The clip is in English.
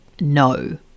no